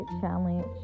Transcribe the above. challenge